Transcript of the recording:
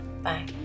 Bye